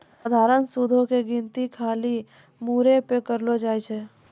सधारण सूदो के गिनती खाली मूरे पे करलो जाय छै